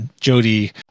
Jody